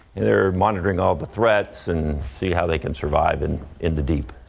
and they're monitoring all the threats and see how they can survive in in the deep,